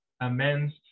amends